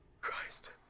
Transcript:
Christ